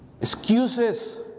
Excuses